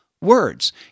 words